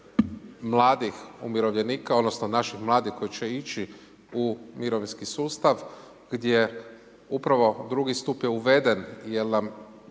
mladih umirovljenika odnosno naših mladih koji će ići u mirovinski sustav gdje upravo drugi stup je uveden jer nam